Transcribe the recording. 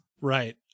Right